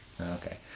Okay